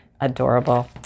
adorable